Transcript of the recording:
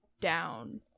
down